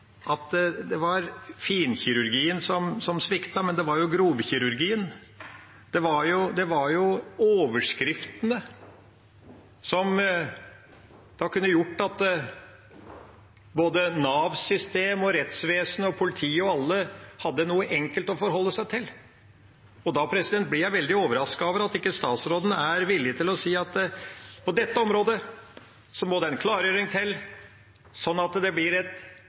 at det var finkirurgien som sviktet, men grovkirurgien. Det var overskriftene, som kunne gjort at både Nav-systemet, rettsvesenet, politiet og alle hadde noe enkelt å forholde seg til. Da blir jeg veldig overrasket over at statsråden ikke er villig til å si at på dette området må det en klargjøring til, sånn at det blir et